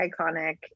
iconic